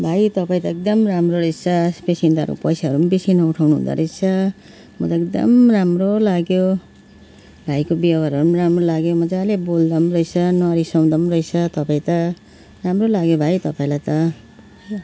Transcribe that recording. भाइ तपाईँ त एकदम राम्रो रहेछ पेसेन्जरहरूको पैसाहरू बेसी नउठाउनु हुँदो रहेछ मलाई त एकदम राम्रो लाग्यो भाइको बेहोराहरू राम्रो लाग्यो मजाले बोल्दो रहेछ नरिसाउँदो रहेछ तपाईँ त राम्रो लाग्यो भाइ तपाईँलाई त